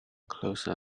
closer